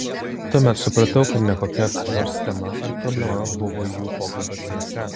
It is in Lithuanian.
tuomet supratau kad ne kokia nors tema ar problema buvo jų pokalbio centre